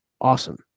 awesome